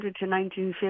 1950